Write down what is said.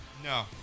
No